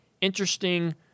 interesting